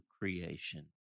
creation